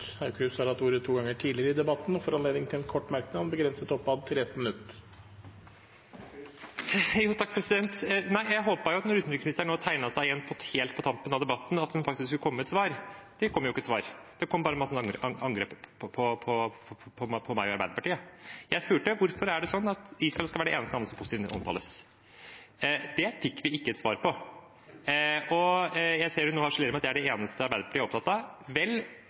har hatt ordet to ganger tidligere og får ordet til en kort merknad, begrenset til 1 minutt. Jeg håpet jo at når utenriksministeren nå tegnet seg igjen helt på tampen av debatten, skulle hun faktisk komme med et svar. Det kom ikke et svar, det kom bare masse angrep på meg og Arbeiderpartiet. Jeg spurte: Hvorfor er det sånn at Israel skal være det eneste landet som omtales positivt? Det fikk vi ikke svar på. Jeg ser hun nå harselerer med at det er det eneste Arbeiderpartiet er opptatt av. Vel,